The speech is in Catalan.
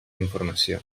informació